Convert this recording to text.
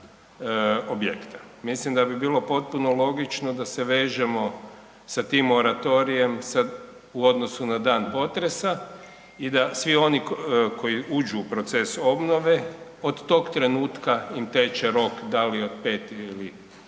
mislim da bi bilo potpuno logično da se vežemo sa tim moratorijem u odnosu na dan potresa i da svi oni koji uđu u proces obnove od tog trenutka im teče rok da li od pet ili nešto